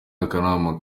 akanama